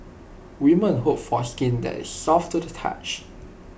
women hope for skin that is soft to the touch